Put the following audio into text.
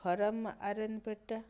ଗରମ ଆଇରନ୍ ପେଡ଼ିଟା